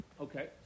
Okay